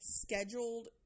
scheduled